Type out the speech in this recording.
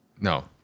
No